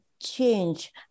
change